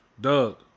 Doug